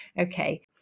Okay